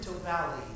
Valley